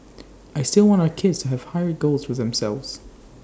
I still want our kids to have higher goals for themselves